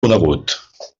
conegut